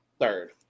third